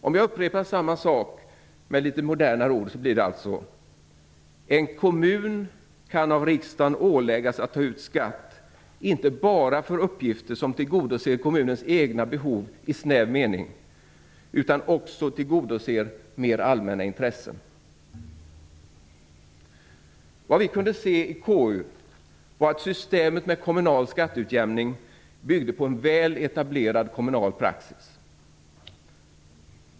Om jag upprepar samma sak med litet modernare ord betyder det alltså att en kommun kan av riksdagen åläggas att ta ut skatt, inte bara för uppgifter som tillgodoser kommunens egna behov i snäv mening utan också för uppgifter som tillgodoser mer allmänna intressen. Vad vi kunde se i KU var att systemet med kommunal skatteutjämning byggde på en väl etablerad konstitutionell praxis.